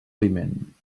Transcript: aliment